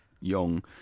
young